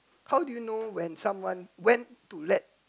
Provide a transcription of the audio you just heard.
how do you know when someone went to let